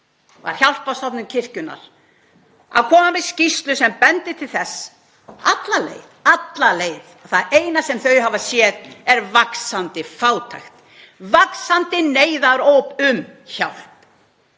var Hjálparstofnun kirkjunnar að koma með skýrslu sem bendir til þess alla leið — alla leið — að það eina sem þau hafi séð sé vaxandi fátækt, vaxandi neyðaróp á hjálp.